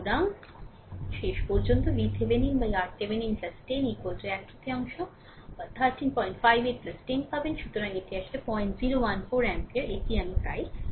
সুতরাং শেষ পর্যন্ত আপনি VThevenin RThevenin 10 এক তৃতীয়াংশ 1358 10 পাবেন সুতরাং এটি আসলে 0014 অ্যাম্পিয়ার এটি আপনার আমি তাই এটি বোঝা সহজ